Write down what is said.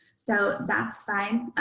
so that's fine,